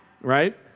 right